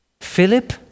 Philip